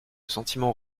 sentiment